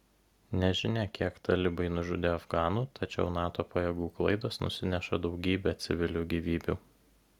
nežinia kiek talibai nužudė afganų tačiau nato pajėgų klaidos nusineša daugybę civilių gyvybių